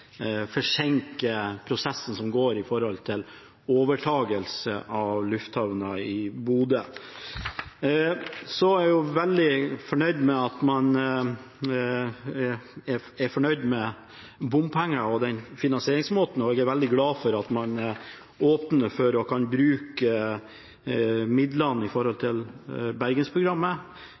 bør forsinke prosessen som går med tanke på overtagelse av lufthavnen i Bodø. Så er jeg fornøyd med den finansieringsmåten med bompenger, og jeg er veldig glad for at man åpner for å kunne bruke midlene fra Bergensprogrammet til videreføring av Bybanen i